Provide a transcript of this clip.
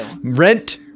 rent